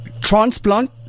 Transplant